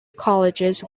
colleges